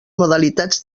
modalitats